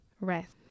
rest